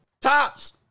Tops